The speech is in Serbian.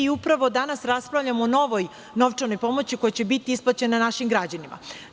Upravo danas raspravljamo o novoj novčanoj pomoći koja će biti isplaćena našim građanima.